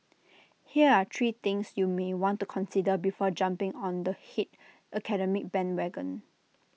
here are three things you may want to consider before jumping on the hate academic bandwagon